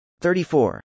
34